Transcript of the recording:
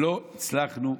לא הצלחנו.